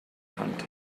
hand